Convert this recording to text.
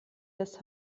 des